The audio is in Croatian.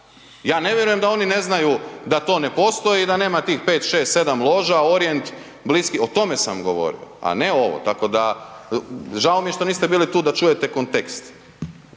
Ja ne vjerujem da oni ne znaju da to ne postoji i da nema tih 5, 6, 7 loža, Orijent, .../Govornik se ne razumije./... o tome sam govorio, a tome sam govorio, a ne ovo. Tako da, žao mi je što niste bili tu da čujete kontekst.